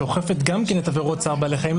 שגם אוכפת עבירות צער בעלי חיים,